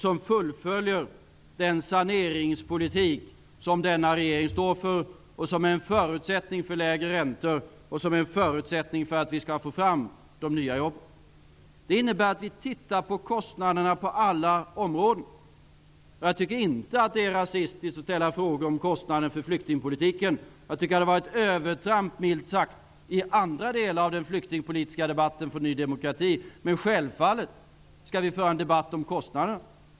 Den fullföljer den saneringspolitik som denna regering står för, och som är en förutsättning för lägre räntor och för att vi skall få fram de nya jobben. Det innebär att vi tittar på kostnaderna på alla områden. Jag tycker inte att det är rasistiskt att ställa frågor om kostnaderna för flyktingpolitiken. Jag tycker att det har gjorts övertramp, milt sagt, av Ny demokrati i andra delar av den flyktingpolitiska debatten, men självfallet skall vi föra en debatt om kostnaderna.